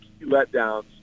letdowns